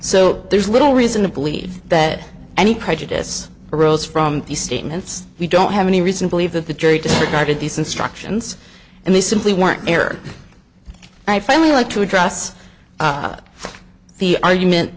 so there's little reason to believe that any prejudice arose from these statements we don't have any reason believe that the jury disregarded these instructions and they simply weren't error i finally like to address the argument